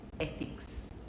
ethics